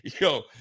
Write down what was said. Yo